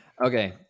Okay